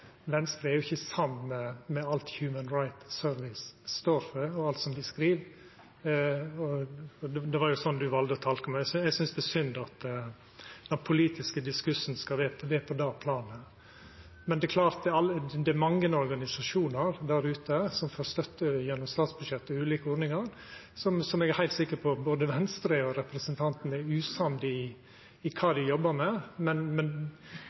Venstre er ikkje samd i alt Human Rights Service står for, og alt som dei skriv. Det var jo sånn representanten valde å tolka meg. Eg synest det er synd at den politiske diskursen skal vera på det planet. Det er mange organisasjonar der ute som får støtte gjennom statsbudsjettet, ulike ordningar, som eg er heilt sikker på at både Venstre og representanten er usamde med når det gjeld kva dei jobbar med, men